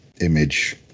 image